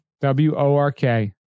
W-O-R-K